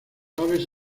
aves